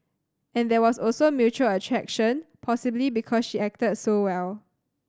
and there was also mutual attraction possibly because she acted so well